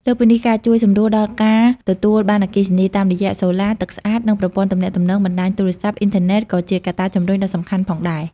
លើសពីនេះ ការជួយសម្រួលដល់ការទទួលបានអគ្គិសនី តាមរយៈសូឡា ទឹកស្អាត និងប្រព័ន្ធទំនាក់ទំនង បណ្តាញទូរស័ព្ទ អ៊ីនធឺណិត ក៏ជាកត្តាជំរុញដ៏សំខាន់ផងដែរ។